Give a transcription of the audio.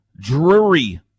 Drury